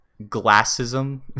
Glassism